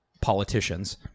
politicians